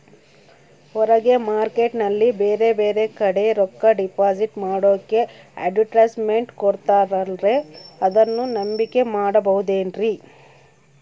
ಹೊರಗೆ ಮಾರ್ಕೇಟ್ ನಲ್ಲಿ ಬೇರೆ ಬೇರೆ ಕಡೆ ರೊಕ್ಕ ಡಿಪಾಸಿಟ್ ಮಾಡೋಕೆ ಅಡುಟ್ಯಸ್ ಮೆಂಟ್ ಕೊಡುತ್ತಾರಲ್ರೇ ಅದನ್ನು ನಂಬಿಕೆ ಮಾಡಬಹುದೇನ್ರಿ?